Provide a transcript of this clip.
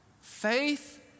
Faith